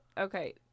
okay